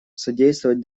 содействовать